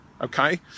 okay